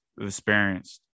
experienced